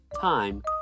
time